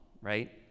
right